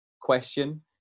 question